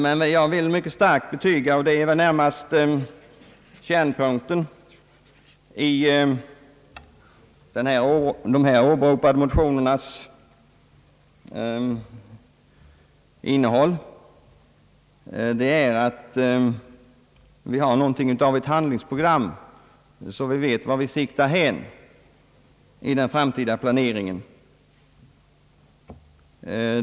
Men jag vill mycket starkt betyga — och det är väl närmast kärnpunkten i de här åberopade motionerna — vikten av att vi har något av ett handlingsprogram så att vi vet vart vi siktar vid den framtida planeringen.